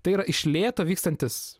tai yra iš lėto vykstantis